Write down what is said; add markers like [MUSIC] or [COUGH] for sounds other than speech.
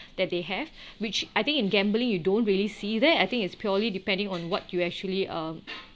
that they have [BREATH] which I think in gambling you don't really see then I think it's purely depending on what you actually um